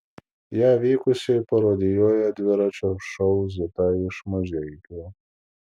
ją vykusiai parodijuoja dviračio šou zita iš mažeikių